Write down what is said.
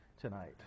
tonight